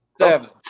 seven